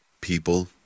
people